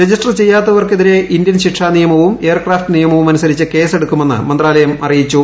register ചെയ്യാത്തവർക്കെതിരെ Indian ശിക്ഷാ നിയമവും എയർ ക്രാഫ്റ്റ് നിയമവും അനുസരിച്ച് കേസെടുക്കുമെന്ന് മന്ത്രാലയം അറിയിച്ചു